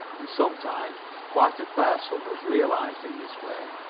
and sometimes quite a fair sum was realized in this way.